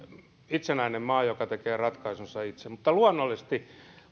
itsenäinen maa joka tekee ratkaisunsa itse mutta luonnollisesti